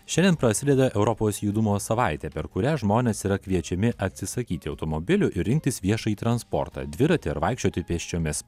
šiandien prasideda europos judumo savaitė per kurią žmonės yra kviečiami atsisakyti automobilių ir rinktis viešąjį transportą dviratį ar vaikščioti pėsčiomis